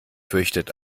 fürchtet